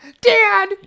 dad